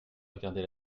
regarder